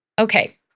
Okay